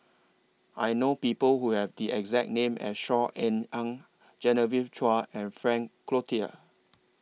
I know People Who Have The exact name as Saw Ean Ang Genevieve Chua and Frank Cloutier